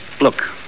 Look